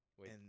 Wait